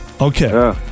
Okay